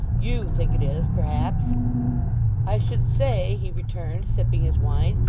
you think it is, perhaps i should say he returned, sipping his wine,